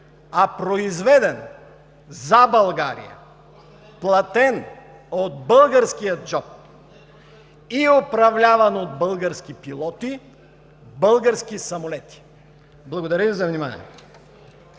а произведен за България, платен от българския джоб и управляван от български пилоти български самолет. Благодаря Ви за вниманието.